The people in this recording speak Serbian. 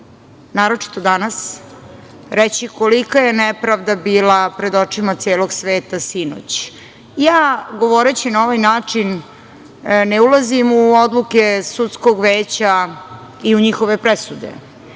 naročito danas, reći kolika je nepravda bila pred očima celog sveta sinoć. Ja, govoreći na ovaj način, ne ulazim u odluke sudskog veća i u njihove presude.